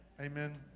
Amen